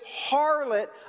harlot